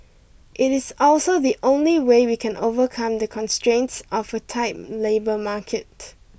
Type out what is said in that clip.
it is also the only way we can overcome the constraints of a tight labour market